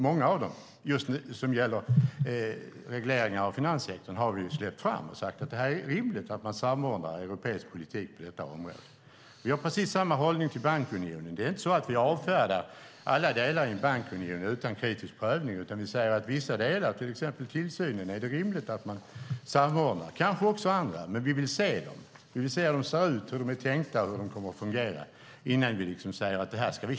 Många av dem som gällt reglering av finanssektorn har vi släppt fram och sagt att det är rimligt att man samordnar europeisk politik på detta område. Vi har precis samma hållning till bankunionen. Vi avfärdar inte alla delar i bankunionen utan kritisk prövning, utan vi säger att vissa delar, till exempel tillsynen, är det rimligt att man samordnar. Det gäller kanske också annat. Vi vill dock se hur de ser ut, hur de är tänkta och hur de kommer att fungera innan vi säger att vi köper dem.